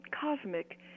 cosmic